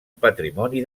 patrimoni